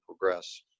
progress